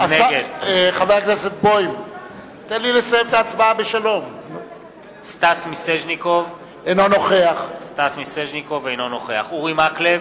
נגד סטס מיסז'ניקוב, אינו נוכח אורי מקלב,